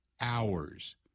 hours